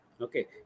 Okay